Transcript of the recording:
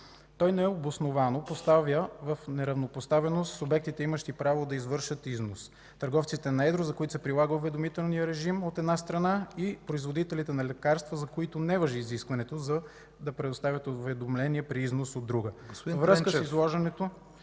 Той необосновано поставя в неравнопоставеност субектите, имащи право да извършват износ – търговците на едро, за които се прилага уведомителният режим, от една страна, и производителите на лекарства, за които не важи изискването да предоставят уведомление при износ, от друга. ПРЕДСЕДАТЕЛ ИВАН К.